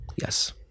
Yes